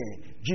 Jesus